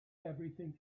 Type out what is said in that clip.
everything